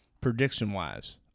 prediction-wise